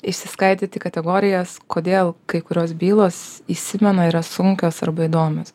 išsiskaidyt į kategorijas kodėl kai kurios bylos įsimena yra sunkios arba įdomios